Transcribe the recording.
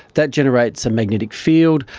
that generates a magnetic field.